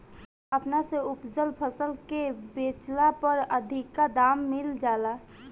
अपना से उपजल फसल के बेचला पर अधिका दाम मिल जाला